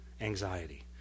anxiety